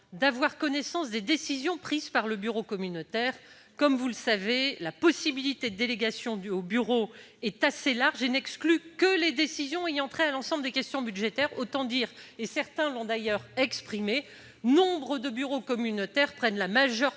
d'avoir connaissance des décisions prises par le bureau communautaire. On le sait, la possibilité de délégation au bureau est assez large et n'exclut que les décisions ayant trait à l'ensemble des questions budgétaires. Autant dire que nombre de bureaux communautaires prennent la majeure